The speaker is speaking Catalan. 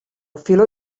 filó